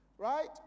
right